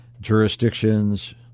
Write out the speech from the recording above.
jurisdictions